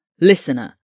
Listener